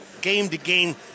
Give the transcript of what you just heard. game-to-game